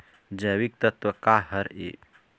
जैविकतत्व का हर ए?